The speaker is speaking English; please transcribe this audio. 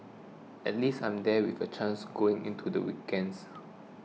at least I'm there with a chance going into the weekends